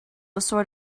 sort